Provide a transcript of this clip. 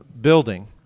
building